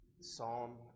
Psalm